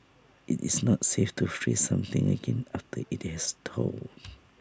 IT is not safe to freeze something again after IT has thawed